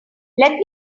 let